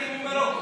ממרוקו.